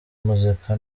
muzika